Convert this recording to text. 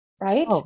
right